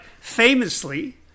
famously